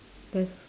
that's